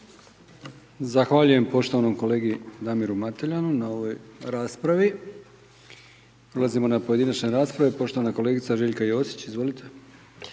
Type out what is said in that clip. Zahvaljujem poštovanom kolegi Damiru Mateljanu na ovoj raspravi. Ulazimo na pojedinačne rasprave. Poštovana kolegica Željka Josić, izvolite.